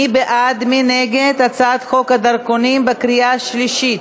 מי בעד ומי נגד הצעת חוק הדרכונים (תיקון מס' 7) בקריאה שלישית?